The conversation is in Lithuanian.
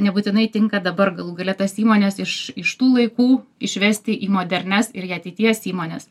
nebūtinai tinka dabar galų gale tas įmones iš iš tų laikų išvesti į modernias ir į ateities įmones